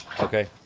Okay